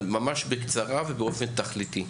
אבל ממש בקצרה ובאופן תכליתי.